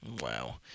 Wow